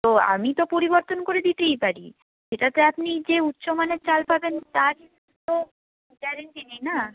তো আমি তো পরিবর্তন করে দিতেই পারি সেটাতে আপনি যে উচ্চ মানের চাল পাবেন তার তো গ্যারেন্টি নেই না